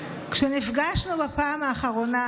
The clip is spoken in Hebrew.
"כשנפגשנו בפעם האחרונה,